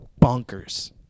bonkers